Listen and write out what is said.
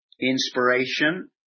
inspiration